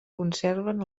conserven